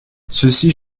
ceci